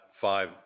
five